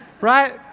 right